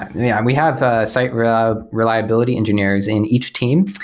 yeah, we have ah site ah reliability engineers in each team,